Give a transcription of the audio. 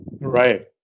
Right